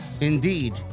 Indeed